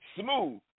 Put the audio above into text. Smooth